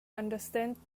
understand